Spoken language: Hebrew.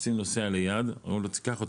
מחפשים נוסע ליד אומרים לו שייקח את